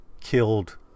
killed